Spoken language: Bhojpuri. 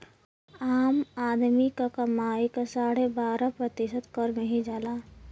आम आदमी क कमाई क साढ़े बारह प्रतिशत कर में ही जाला